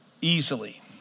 easily